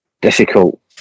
difficult